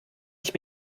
ich